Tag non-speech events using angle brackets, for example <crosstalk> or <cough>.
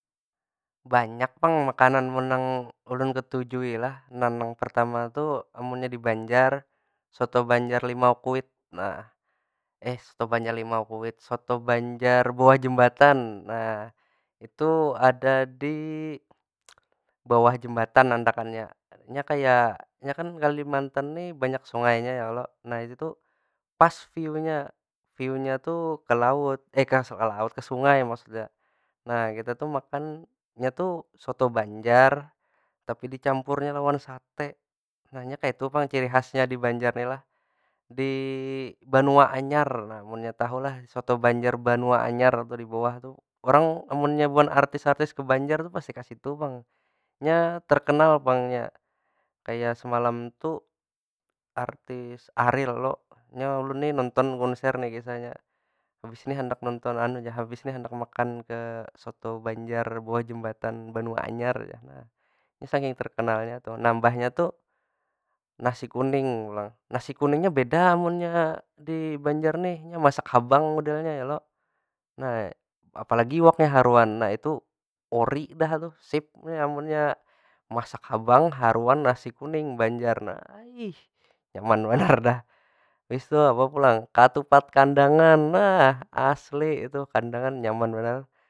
Banyak pang makanan mun nang ulun ketujui lah. Nah nang pertama tu amunnya di banjar, soto banjar limau kuit, nah. soto banjar limau kuit, soto banjar bawah jembatan. Nah, itu ada di bawah jembatan andakannya. Nya kaya, nya kan kalimantan ni banyak sungainya ya kalo. Nah itu tu, pas viewnya. Viewnya tu ke laut, eh ke sungai maksudnya. Nah kita tu makan, nya tu soto banjar tapi dicampurnya lawan sate, nah inya kaytu pang ciri khasnya di banjar ni lah. Di banua anyar, nah munnya tahu lah soto banjar banua anyar, tu di bawah tu. Orang amunnya buhan artis- artis ke banjar tu pasti ka situ pang. Nya terkenal pang nya. kaya semalam tu, artis ariel lo, nya ulun ni nonton konser ni kisahnya. habis ni handak nonton jar, habis ni handak makan ke soto banjar bawah benua anyar jar. Tu saking terkenalnya tu. Nah, mbahnya tu nasi kuning pulang. Nasi kuning nya beda munnya di banjar ni, nya masak habang modelnya ya lo. Nah, apalagi iwaknya haruan. Nah itu ori dah tu, sip. Nya amunnya masak habang, haruan, nasi kuning banjar. Nah, <noise> nyaman banar dah. <laughs> Habis tu apa pulang, katupat kandangan, nah aseli itu. Kandangan nyaman banar.